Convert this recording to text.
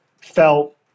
felt